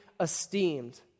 esteemed